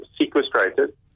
sequestrated